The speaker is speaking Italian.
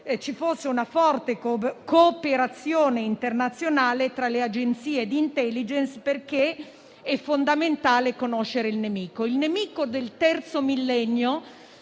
auspicabile una forte cooperazione internazionale tra le Agenzie di *intelligence* perché è fondamentale conoscere il nemico. Il nemico del terzo millennio